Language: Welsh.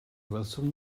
welsom